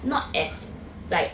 not as like